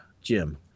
Jim